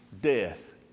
death